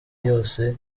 yose